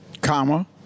comma